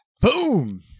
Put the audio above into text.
Boom